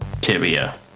tibia